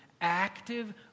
active